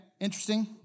interesting